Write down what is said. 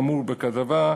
כאמור בכתבה,